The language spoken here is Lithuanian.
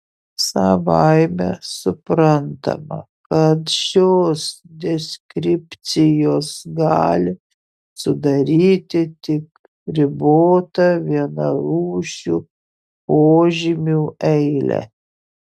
savaime suprantama kad šios deskripcijos gali sudaryti tik ribotą vienarūšių požymių eilę